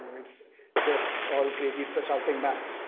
it's just all crazy, it's a shouting match.